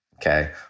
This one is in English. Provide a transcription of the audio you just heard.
Okay